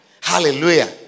Hallelujah